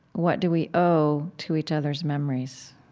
what do we owe to each other's memories?